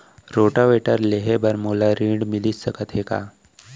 Rotavator लेहे बर मोला ऋण मिलिस सकत हे का?